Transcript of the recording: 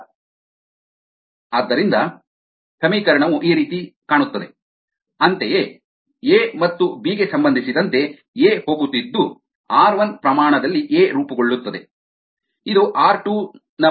ಆದ್ದರಿಂದ r0 r1 r2dSdt r1 r3dAdt r2 r4 dBdt r0dS0dt r3 dCdt r4dDdt ಅಂತೆಯೇ A ಮತ್ತು B ಗೆ ಸಂಬಂಧಿಸಿದಂತೆ ಎ ಹೋಗುತ್ತಿದ್ದು ಆರ್ 1 ಪ್ರಮಾಣ ದಲ್ಲಿ ಎ ರೂಪುಗೊಳ್ಳುತ್ತದೆ ಇದು ಆರ್ 2 ರ ಪ್ರಮಾಣ ದಲ್ಲಿ ಪರಿವರ್ತನೆಗೊಳ್ಳುತ್ತದೆ